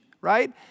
right